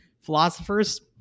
Philosophers